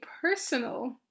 personal